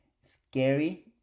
scary